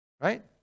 Right